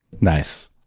Nice